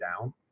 down